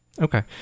okay